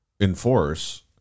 enforce